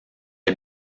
est